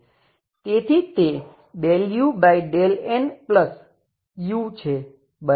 તેથી તે ∂u∂nu છે બરાબર